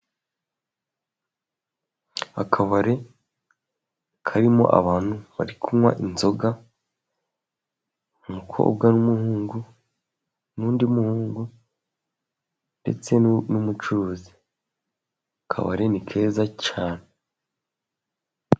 Akabari karimo abantu bari kunywa inzoga, umukobwa n'umuhungu n'undi muhungu, ndetse n'umucuruzi. Akabari ni keza cyane.